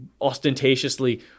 ostentatiously